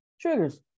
Triggers